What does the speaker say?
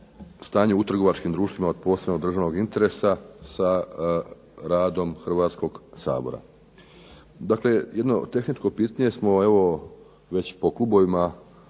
stanju u trgovačkim društvima od posebnog državnog interesa sa radom Hrvatskog sabora. Dakle, jedno tehničko pitanje smo evo već po klubovima